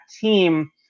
team